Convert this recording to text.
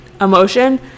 emotion